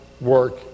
work